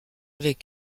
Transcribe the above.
avec